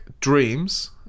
dreams